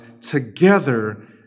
together